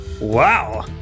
Wow